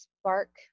spark